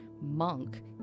monk